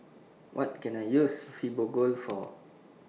What Can I use Fibogel For